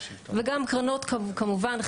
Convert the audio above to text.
וגם קרנות כמובן,